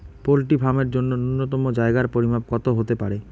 Poultry farm এর জন্য নূন্যতম জায়গার পরিমাপ কত হতে পারে?